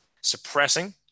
suppressing